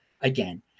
again